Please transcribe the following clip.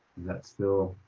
that still